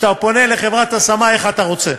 כשאתה פונה לחברת השמה, איך אתה רוצה.